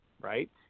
Right